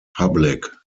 public